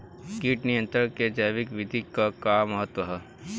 कीट नियंत्रण क जैविक विधि क का महत्व ह?